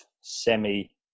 semi